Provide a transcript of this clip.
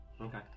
okay